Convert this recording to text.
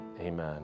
Amen